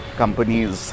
companies